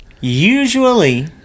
usually